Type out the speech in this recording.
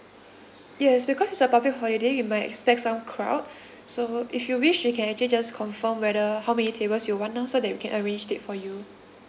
yes because it's a public holiday we might expect some crowd so if you wish you can actually just confirm whether how many tables you want orh so that we can arrange it for you